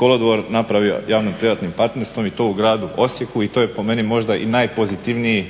kolodvor napravio od javno-privatnim partnerstvom i to u gradu Osijeku i to je po meni možda i najpozitivniji